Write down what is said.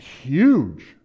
huge